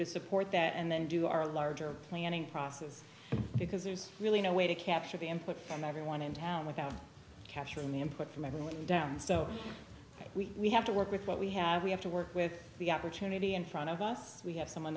to support that and then do our larger planning process because there's really no way to capture the input from everyone in town without capturing the input from everyone down so we have to work with what we have we have to work with the opportunity in front of us we have someone